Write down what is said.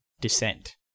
descent